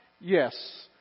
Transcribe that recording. Yes